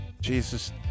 Jesus